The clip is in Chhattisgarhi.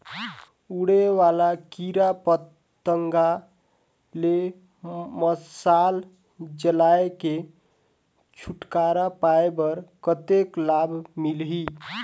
उड़े वाला कीरा पतंगा ले मशाल जलाय के छुटकारा पाय बर कतेक लाभ मिलही?